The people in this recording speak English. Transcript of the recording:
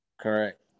Correct